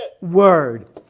word